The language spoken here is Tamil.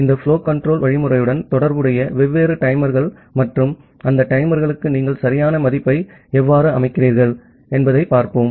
இந்த புலோ கன்ட்ரோல் வழிமுறையுடன் தொடர்புடைய வெவ்வேறு டைமர்கள் மற்றும் அந்த டைமர்களுக்கு நீங்கள் சரியான மதிப்பை எவ்வாறு அமைக்கிறீர்கள் என பார்ப்போம்